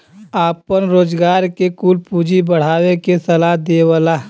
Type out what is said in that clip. आपन रोजगार के कुल पूँजी बढ़ावे के सलाह देवला